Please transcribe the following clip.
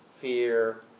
fear